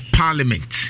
parliament